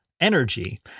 energy